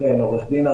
אין לי הערות.